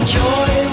joy